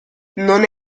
non